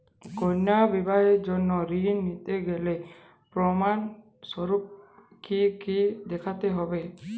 কন্যার বিবাহের জন্য ঋণ নিতে গেলে প্রমাণ স্বরূপ কী কী দেখাতে হবে?